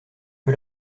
que